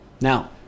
Now